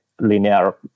linear